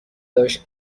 داشت